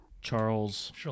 Charles